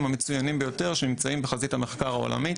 המצוינים ביותר שנמצאים בחזית המחקר העולמית.